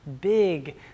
big